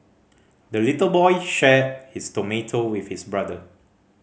the little boy shared his tomato with his brother